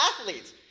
athletes